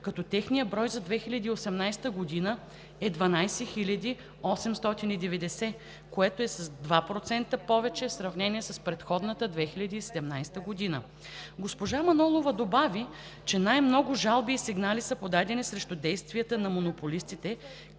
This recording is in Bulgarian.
като техният брой за 2018 г. е 12 890, което е с 2% повече в сравнение с 2017 г. Госпожа Манолова добави, че най-много жалби и сигнали са подадени срещу действия на монополистите,